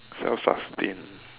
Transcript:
self-sustained